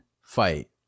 fight